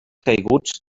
caiguts